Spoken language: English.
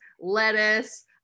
lettuce